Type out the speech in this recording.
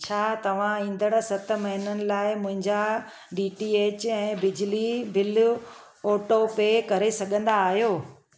छा तव्हां ईंदड़ु सत महीननि लाइ मुंहिंजा डीटीएच ऐं बिजली बिल ऑटोपे करे सघंदा आहियो